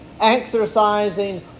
exercising